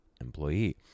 employee